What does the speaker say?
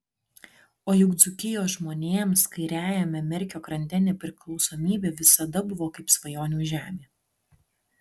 o juk dzūkijos žmonėms kairiajame merkio krante nepriklausomybė visada buvo kaip svajonių žemė